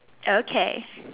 okay